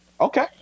Okay